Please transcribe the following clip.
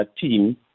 team